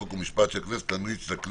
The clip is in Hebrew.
מבקשת הממשלה מוועדת החוקה,